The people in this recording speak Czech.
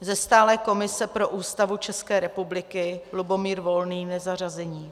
Ze stálé komise pro Ústavu České republiky Lubomír Volný, nezařazení.